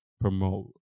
promote